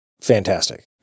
fantastic